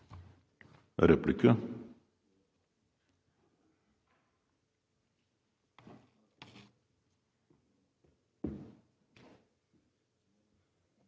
Реплика?